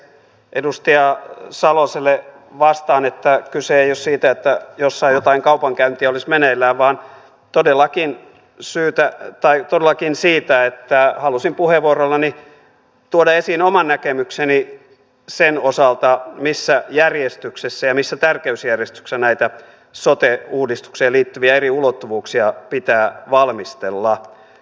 edustaja saloselle vastaan että kyse ei ole siitä että jossain jotain kaupankäyntiä olisi meneillään vaan todellakin siitä että halusin puheenvuorollani tuoda esiin oman näkemykseni sen osalta missä järjestyksessä ja missä tärkeysjärjestyksessä näitä sote uudistukseen liittyviä eri ulottuvuuksia pitää valmistella